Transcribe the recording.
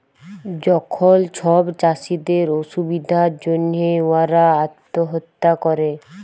যখল ছব চাষীদের অসুবিধার জ্যনহে উয়ারা আত্যহত্যা ক্যরে